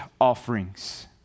offerings